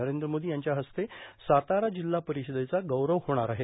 नरेंद्र मोदी यांच्या हस्ते सातारा जिल्हा परिषदेचा गौरव होणार आहे